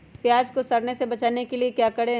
प्याज को सड़ने से बचाने के लिए क्या करें?